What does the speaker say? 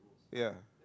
ya